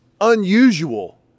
unusual